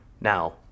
Now